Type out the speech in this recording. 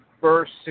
first